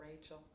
Rachel